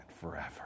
forever